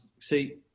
see